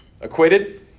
Acquitted